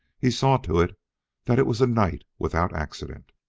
he saw to it that it was a night without accident.